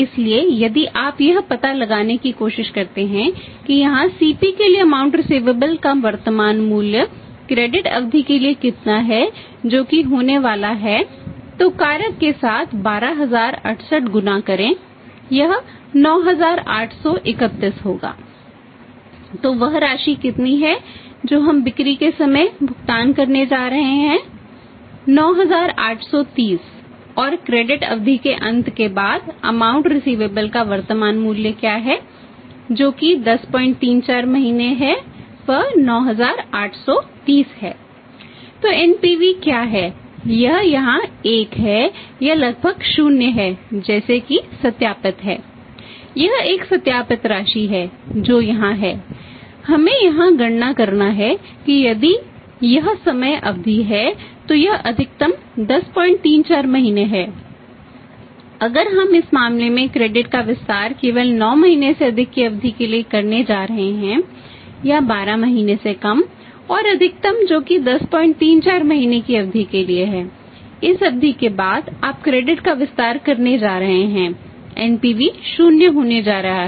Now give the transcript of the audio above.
इसलिए यदि आप यह पता लगाने की कोशिश करते हैं कि यहां CP के लिए अमाउंट रिसिवेबल का वर्तमान मूल्य क्या है जो कि 1034 महीने है वह 9830 है